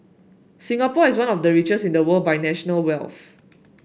Singapore is one of the richest in the world by national wealth